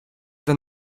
the